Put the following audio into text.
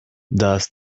does